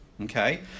Okay